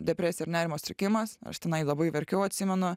depresija ir nerimo sutrikimas aš tenai labai verkiau atsimenu